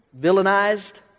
villainized